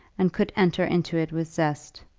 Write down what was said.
and could enter into it with zest.